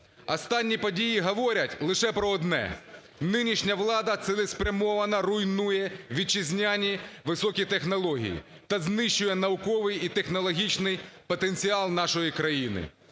Останні події говорять лише про одне, нинішня влада цілеспрямовано руйнує вітчизняні високі технології та знищує науковий і технологічний потенціал нашої країни.